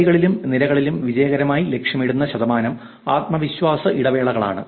വരികളിലും നിരകളിലും വിജയകരമായി ലക്ഷ്യമിടുന്ന ശതമാനവും ആത്മവിശ്വാസ ഇടവേളകളാണ്